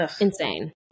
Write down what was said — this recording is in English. insane